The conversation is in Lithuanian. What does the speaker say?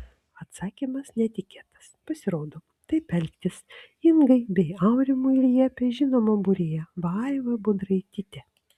atsakymas netikėtas pasirodo taip elgtis ingai bei aurimui liepė žinoma būrėja vaiva budraitytė